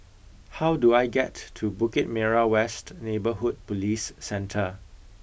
how do I get to Bukit Merah West Neighbourhood Police Centre